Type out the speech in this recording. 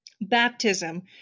Baptism